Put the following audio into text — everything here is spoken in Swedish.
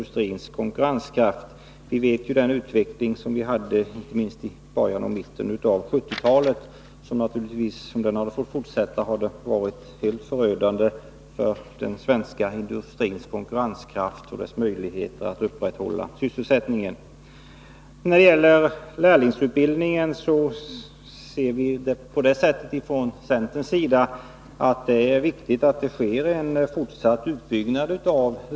Vi kan erinra oss den utveckling som vi hade inte minst i början av och i mitten av 1970-talet, som — om den hade fått fortsätta — skulle ha blivit förödande för den svenska industrins konkurrenskraft och möjligheterna att upprätthålla sysselsättningen. Beträffande lärlingsutbildningen ser vi det från centerns sida som viktigt att en fortsatt utbyggnad sker.